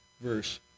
verse